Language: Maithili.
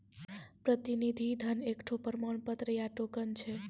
प्रतिनिधि धन एकठो प्रमाण पत्र या टोकन छै